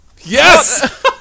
Yes